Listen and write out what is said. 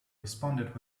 responded